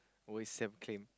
always self claim